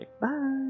Bye